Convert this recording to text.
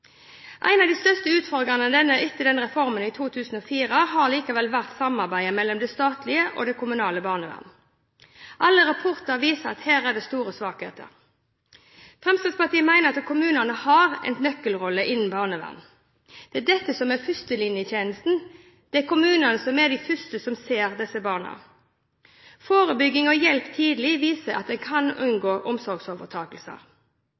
En av de største utfordringene etter reformen i 2004 har likevel vært samarbeidet mellom det statlige og det kommunale barnevernet. Alle rapporter viser at her er det store svakheter. Fremskrittspartiet mener at kommunene har en nøkkelrolle innen barnevern. Det er dette som er førstelinjetjenesten. Det er kommunene som er de første som ser disse barna. Forebygging og hjelp tidlig viser at en kan